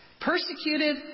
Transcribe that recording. persecuted